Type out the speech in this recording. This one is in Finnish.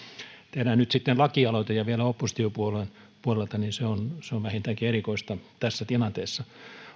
nyt sitten lakialoite ja vielä oppositiopuolueen puolelta on vähintäänkin erikoista tässä tilanteessa